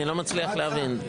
אני לא מצליח להבין.